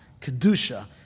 Kedusha